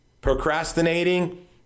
procrastinating